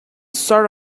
sort